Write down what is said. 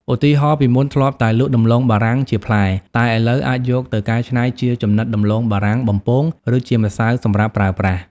ឧទាហរណ៍ ពីមុនធ្លាប់តែលក់ដំឡូងបារាំងជាផ្លែ តែឥឡូវអាចយកទៅកែច្នៃជាចំណិតដំឡូងបារាំងបំពង ឬជាម្សៅសម្រាប់ប្រើប្រាស់។